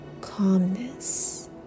calmness